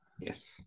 yes